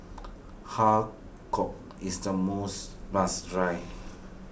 Har Kow is the most must try